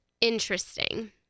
Interesting